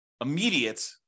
immediate